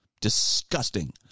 Disgusting